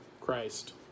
Christ